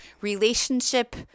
relationship